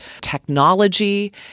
technology